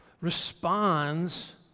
Responds